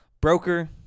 broker